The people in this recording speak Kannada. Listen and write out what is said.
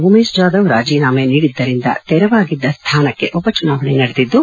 ಉಮೇಶ್ ಜಾಧವ್ ರಾಜೀನಾಮ ನೀಡಿದ್ದರಿಂದ ತೆರವಾಗಿದ್ದ ಸ್ಥಾನಕ್ಕೆ ಉಪಚುನಾವಣೆ ನಡೆದಿದ್ದು